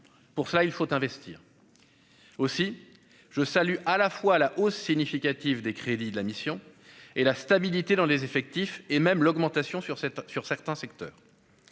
Pour cela, il faut investir. À cet égard, je salue à la fois la hausse significative des crédits de la mission et la stabilité dans les effectifs, qui augmentent même dans certains secteurs.